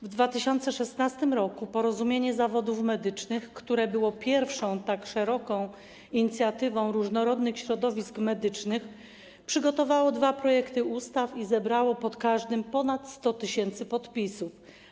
W 2016 r. Porozumienie Zawodów Medycznych, które było pierwszą tak szeroką inicjatywą przedstawicieli różnych środowisk medycznych, przygotowało dwa projekty ustaw i zebrało pod każdym ponad 100 tys. podpisów.